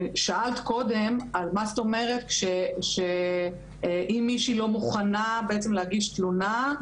קודם על מה זאת אומרת שאם מישהי לא מוכנה בעצם להגיש תלונה,